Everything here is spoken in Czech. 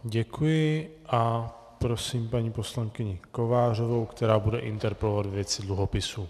Děkuji a prosím paní poslankyni Kovářovou, která bude interpelovat ve věci dluhopisů.